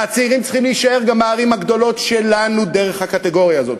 והצעירים צריכים להישאר גם בערים הגדולות שלנו דרך הקטגוריה הזאת.